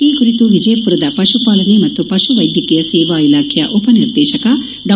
ಈ ಕುರಿತು ವಿಜಯಪುರದ ಪಶುಪಾಲನೆ ಮತ್ತು ಪಶು ವೈದ್ಯಕೀಯ ಸೇವಾ ಇಲಾಖೆಯ ಉಪನಿರ್ದೇಶಕ ಡಾ